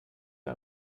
der